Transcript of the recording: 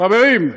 חברים,